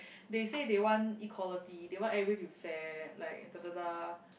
they say they want equality they want everybody to be fair like da da da